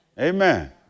Amen